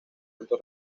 alto